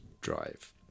drive